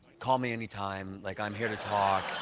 call me anytime. like i'm here to talk.